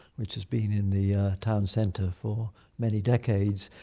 which has been in the town centre for many decades.